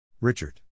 Richard